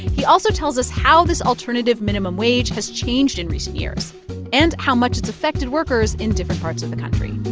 he also tells us how this alternative minimum wage has changed in recent years and how much it affected workers in different parts of the country